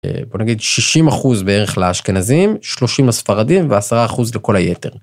בוא נגיד 60% בערך לאשכנזים, 30 ספרדים ו10% לכל היתר.